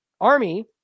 Army